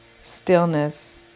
stillness